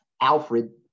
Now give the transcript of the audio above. Alfred